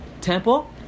Temple